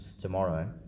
tomorrow